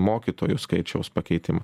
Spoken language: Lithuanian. mokytojų skaičiaus pakeitimą